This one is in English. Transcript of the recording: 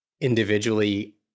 individually